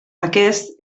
aquest